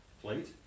Plate